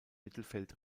mittelfeld